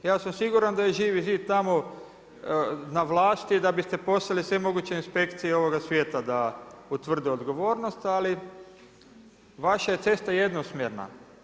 Ja sam siguran da je Živi zid tamo na vlasti da biste poslali sve moguće inspekcije ovoga svijeta da utvrde odgovornost ali vaša je cesta jednosmjerna.